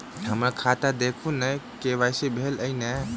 हम्मर खाता देखू नै के.वाई.सी भेल अई नै?